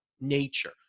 nature